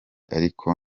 ariko